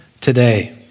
today